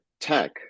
tech